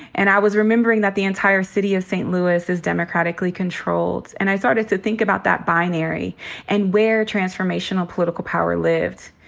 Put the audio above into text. and i was remembering that the entire city of st. louis is democratically controlled. and i started to think about that binary and where transformational political power lived.